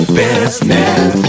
business